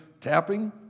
tapping